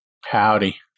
Howdy